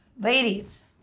ladies